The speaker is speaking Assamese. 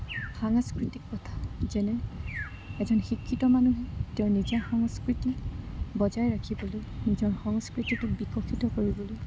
সাংস্কৃতিক প্ৰথা যেনে এজন শিক্ষিত মানুহে তেওঁৰ নিজৰ সংস্কৃতি বজাই ৰাখিবলৈ নিজৰ সংস্কৃতিটোক বিকশিত কৰিবলৈ